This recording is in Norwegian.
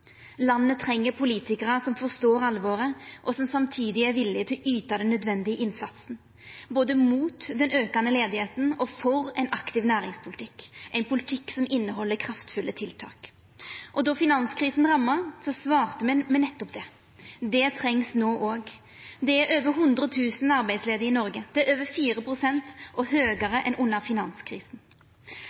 Landet treng politikarar som forstår alvoret, og som samtidig har vilje til å yta den nødvendige innsatsen både mot den aukande arbeidsløysa og for ein aktiv næringspolitikk, ein politikk som inneheld kraftfulle tiltak. Då finanskrisen ramma, svarte me med nettopp det. Det trengst no òg. Det er over 100 000 arbeidslause i Noreg, det er over 4 pst. og høgare enn under finanskrisen.